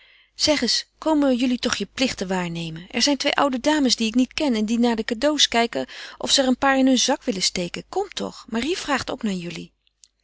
zeg eens komen jullie toch je plichten waarnemen er zijn twee oude dames die ik niet ken en die naar de cadeaux kijken of ze er een paar in hun zak willen steken kom toch marie vraagt ook naar jullie